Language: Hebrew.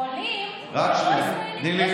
עולים לא ישראלים?